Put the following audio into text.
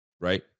right